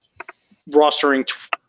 rostering